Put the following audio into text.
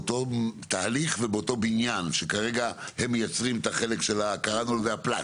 באותו תהליך ובאותו בניין שכרגע הם מייצרים את החלק של הפלאץ',